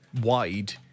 wide